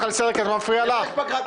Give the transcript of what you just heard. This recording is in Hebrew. למה יש פגרת בחירות?